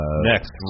Next